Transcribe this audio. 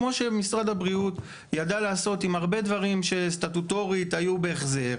כמו שמשרד הבריאות ידעה לעשות עם הרבה דברים שסטטוטורית היו בהחזר,